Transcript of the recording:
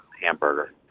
hamburger